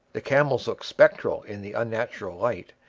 the camels looked spectral in the unnatural light,